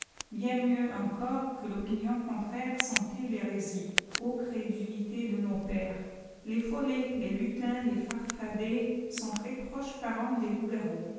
bien mieux encore que l'opinion eontraire sentait l'hérésie o crédplité de nos pères les follets les lutins les farfadets sont très proches parents des loups-garous